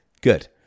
Good